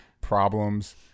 problems